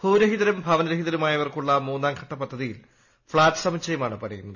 ഭൂരഹിതരുട് ഭവനരഹിതരുമായവർക്കുള്ള മൂന്നാംഘട്ട പദ്ധതിയിൽ ഫ്ളാറ്റ് പ്ര സ്മുച്ചയമാണ് പണിയുന്നത്